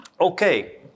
Okay